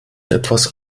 etwas